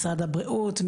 משרד הבריאות,